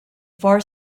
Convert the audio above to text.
far